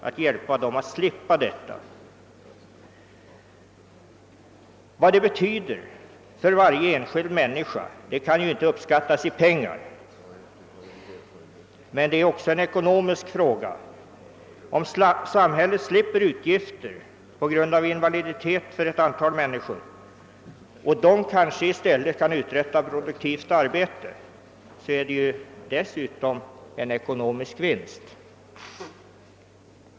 Vad en sådan hjälp betyder för varje enskild människa kan naturligtvis inte uppskattas i pengar, men ändå är detta också en ekonomisk fråga. Om samhället slipper utgifter på grund av invaliditet för ett antal människor och dessa i stället kan uträtta produktivt arbete innebär det en ekonomisk vinst.